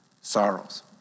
sorrows